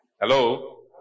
Hello